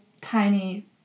tiny